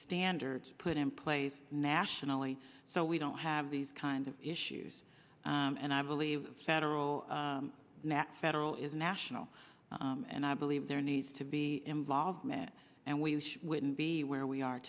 standards put in place nationally so we don't have these kinds of issues and i believe federal net federal is national and i believe there needs to be involvement and we wouldn't be where we are